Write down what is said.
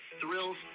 Thrills